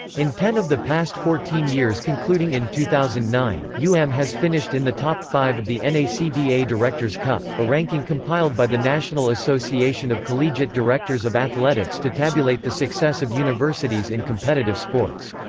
in ten of the past fourteen years concluding in two thousand and nine, u m has finished in the top five of the and nacda director's cup, a ranking compiled by the national association of collegiate directors of athletics to tabulate the success of universities in competitive sports.